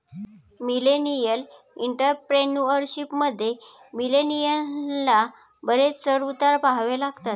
millennial entrepreneurship मध्ये, मिलेनियलना बरेच चढ उतार पहावे लागतात